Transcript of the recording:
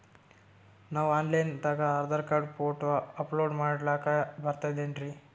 ನಾವು online ದಾಗ ಆಧಾರಕಾರ್ಡ, ಫೋಟೊ ಅಪಲೋಡ ಮಾಡ್ಲಕ ಬರ್ತದೇನ್ರಿ?